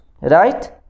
right